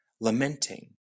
lamenting